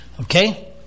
Okay